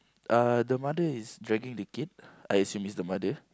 uh the mother is dragging the kid I assume is the mother